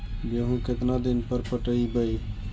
गेहूं केतना दिन पर पटइबै?